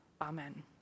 Amen